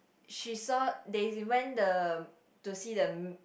she saw they went the to see the